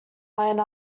line